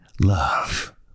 Love